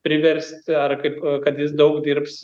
priverst ar kaip kad jis daug dirbs